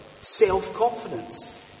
self-confidence